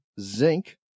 zinc